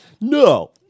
No